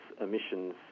emissions